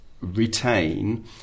retain